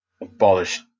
abolished